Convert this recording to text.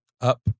Up